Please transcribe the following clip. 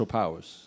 powers